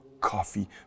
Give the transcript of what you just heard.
coffee